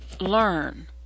learn